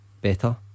Better